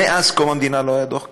מאז קום המדינה לא היה דוח כזה,